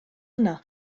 yno